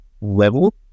level